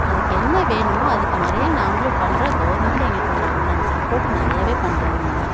அதுக்கு என்ன வேணுமோ அதுக்கு முறையா நாங்களும் பண்ணுறோம் கவுர்மெண்டும் எங்களுக்குண்டா உண்டான சப்போர்ட்டு நிறையாவே பண்ணுறாங்கங்க